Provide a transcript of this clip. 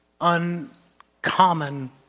uncommon